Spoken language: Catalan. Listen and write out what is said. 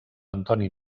antoni